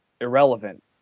irrelevant